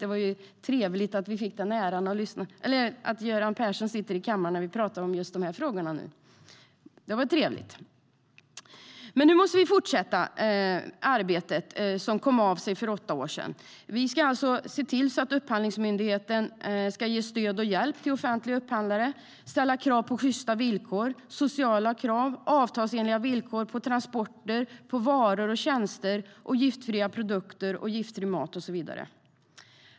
Det är trevligt att Göran Persson sitter i kammaren när vi pratar om just de här frågorna. Men nu måste vi fortsätta det arbete som kom av sig för åtta år sedan. Upphandlingsmyndigheten ska ge stöd och hjälp till offentliga upphandlare. Det handlar om att ställa krav på sjysta villkor. Det handlar om sociala krav, avtalsenliga villkor, transporter, varor och tjänster, giftfria produkter, giftfri mat och så vidare.